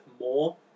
more